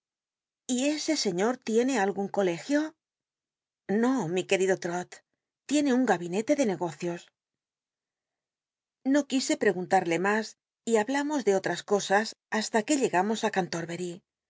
y ese señor tiene algün colegio no mi querido trot tiene un gabinete de negocios no c uisc preguntarle mas y hablamos de olms cosas basta que llegamos á cantorbcry